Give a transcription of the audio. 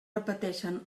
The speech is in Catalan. repeteixen